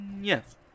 Yes